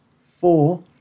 four